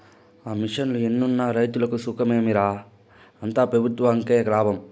ఆ మిషన్లు ఎన్నున్న రైతులకి సుఖమేమి రా, అంతా పెబుత్వంకే లాభం